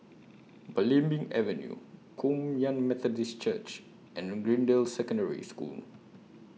Belimbing Avenue Kum Yan Methodist Church and Greendale Secondary School